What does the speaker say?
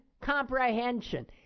comprehension